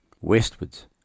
westwards